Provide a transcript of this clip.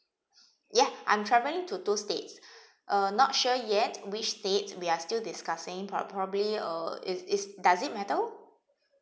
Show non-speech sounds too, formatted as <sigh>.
ya I'm travelling to two states <breath> uh not sure yet which state we are still discussing but probably uh is is does it matter